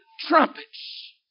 trumpets